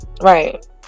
Right